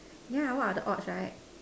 yeah what are the odds right